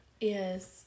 Yes